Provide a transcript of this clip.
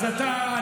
אתה רציני?